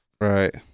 Right